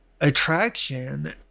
attraction